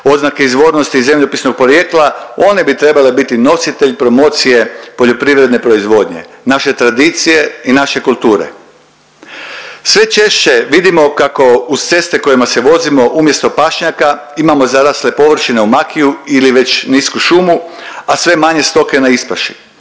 oznake izvornosti i zemljopisnog porijekla one bi trebale biti nositelj promocije poljoprivredne proizvodnje naše tradicije i naše kulture. Sve češće vidimo kako uz ceste kojima se vozimo umjesto pašnjaka imamo zarasle površine u makiju ili već nisku šumu, a sve manje stoke na ispaši.